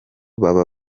baba